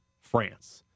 France